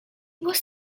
was